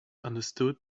understood